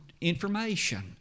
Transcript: information